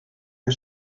que